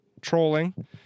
trolling